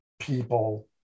people